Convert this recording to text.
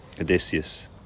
Odysseus